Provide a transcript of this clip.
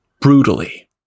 brutally